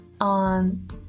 on